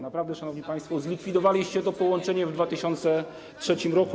Naprawdę, szanowni państwo, zlikwidowaliście to połączenie w 2003 r.